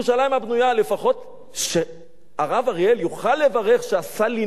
לפחות שהרב אריאל יוכל לברך "שעשה לי נס במקום הזה".